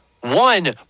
one